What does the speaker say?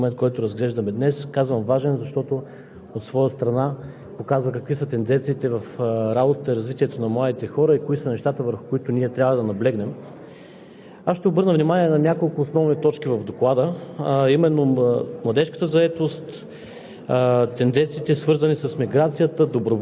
Уважаеми господин Председател, уважаеми колеги! Докладът за младежта е един изключително важен документ, който разглеждаме днес. Казвам важен, защото от своя страна показва какви са тенденциите в работата и развитието на младите хора и кои са нещата, върху които ние трябва да наблегнем.